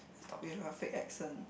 stop with your fake accent